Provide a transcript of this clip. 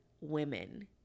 women